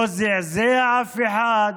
לא זעזע אף אחד,